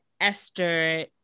Esther